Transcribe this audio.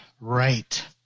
right